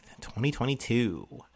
2022